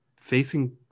facing